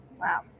wow